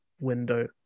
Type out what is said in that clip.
window